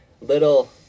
little